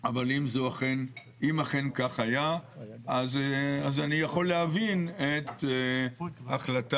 אבל אם אכן כך היה אז אני יכול להבין את החלטת